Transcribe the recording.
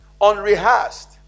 unrehearsed